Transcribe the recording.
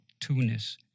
Tunis